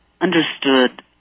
understood